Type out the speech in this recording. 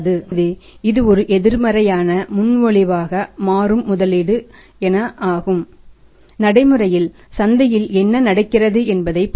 எனவே இது ஒரு எதிர்மறையான முன்மொழிவாக மாறும் முதலீடு என்ன ஆகும் நடைமுறையில் சந்தையில் என்ன நடக்கிறது என்பதைப் பொறுத்து